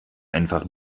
einfach